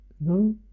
No